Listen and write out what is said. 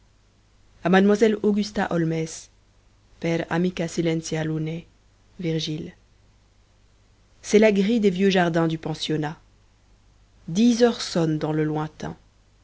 à mademoiselle augusta holmès per amica silentia lunæ virgile c'est la grille des vieux jardins du pensionnat dix heures sonnent dans le lointain